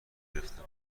نگرفتم